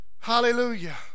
Hallelujah